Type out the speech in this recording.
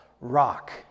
rock